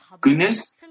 goodness